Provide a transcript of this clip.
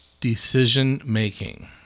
decision-making